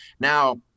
Now